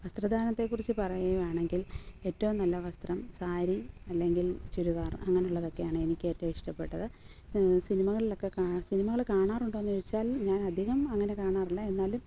വസ്ത്രധാരണത്തെക്കുറിച്ച് പറയുകയാണെങ്കിൽ ഏറ്റവും നല്ല വസ്ത്രം സാരി അല്ലെങ്കിൽ ചുരിദാർ അങ്ങനെയുള്ളതൊക്കെയാണ് എനിക്ക് ഏറ്റവും ഇഷ്ടപ്പെട്ടത് സിനിമകളിലൊക്കെ സിനിമകൾ കാണാറുണ്ടോയെന്ന് ചോദിച്ചാൽ ഞാൻ അധികം അങ്ങനെ കാണാറില്ല എന്നാലും